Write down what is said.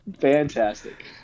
fantastic